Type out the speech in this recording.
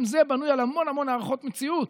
גם זה בנוי על המון המון הערכות מציאות.